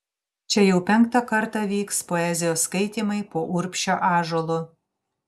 čia jau penktą kartą vyks poezijos skaitymai po urbšio ąžuolu